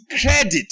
credit